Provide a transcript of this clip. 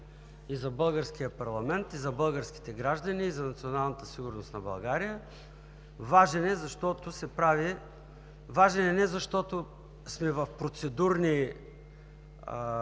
и за българския парламент, и за българските граждани, и за националната сигурност на България! Важен е не защото сме в процедурни